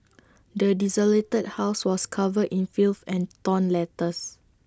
the desolated house was covered in filth and torn letters